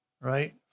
right